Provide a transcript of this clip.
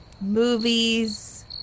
movies